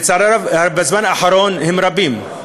לצערי הרב, בזמן האחרון הן רבות.